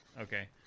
Okay